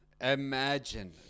imagine